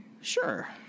Sure